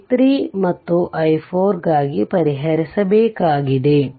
i3 ಮತ್ತು i4 ಗಾಗಿ ಪರಿಹರಿಸಬೇಕಾಗಿದೆ